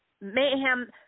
Mayhem